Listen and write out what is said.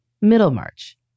Middlemarch